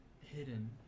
hidden